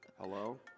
Hello